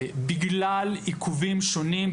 בגלל עיכובים שונים,